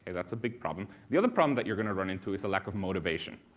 that's a big problem. the other problem that you're going to run into is the lack of motivation.